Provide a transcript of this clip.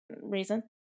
reason